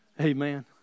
Amen